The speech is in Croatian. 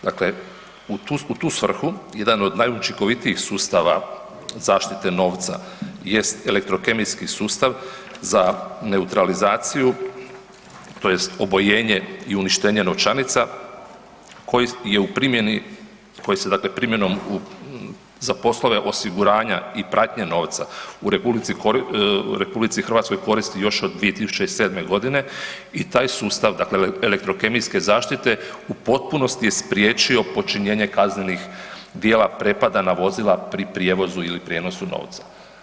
Dakle u tu svrhu, jedan od najučinkovitijih sustava zaštite novca jest elektrokemijski sustav za neutralizaciju to jest obojenje i uništenje novčanica koji se primjenom za poslove osiguranja i pratnje novca u RH koristi još od 2007. godine i taj sustav dakle elektrokemijske zaštite u potpunosti je spriječio počinjenje kaznenih djela prepada na vozila pri prijevozu ili prijenosu novca.